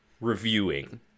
reviewing